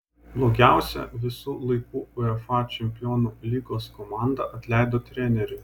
blogiausia visų laikų uefa čempionų lygos komanda atleido trenerį